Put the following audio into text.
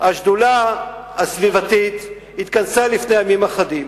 השדולה הסביבתית התכנסה לפני ימים אחרים.